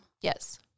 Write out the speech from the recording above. Yes